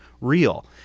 real